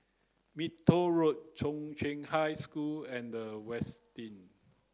Minto Road Chung Cheng High School and The Westin